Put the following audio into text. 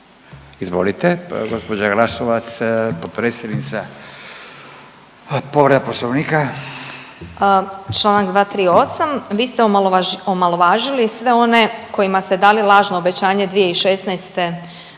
Izvolite, gđa Glasovac, potpredsjednica, povreda Poslovnika. **Glasovac, Sabina (SDP)** Čl. 238, vi ste omalovažili sve one kojima ste dali lažno obećanje 2016. g.